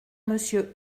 monsieur